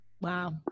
Wow